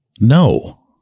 No